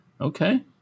Okay